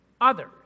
others